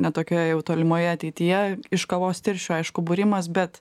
ne tokioj jau tolimoje ateityje iš kavos tirščių aišku būrimas bet